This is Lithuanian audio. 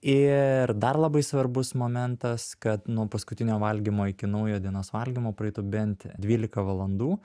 ir dar labai svarbus momentas kad nuo paskutinio valgymo iki naujo dienos valgymo praeitų bent dvylika valandų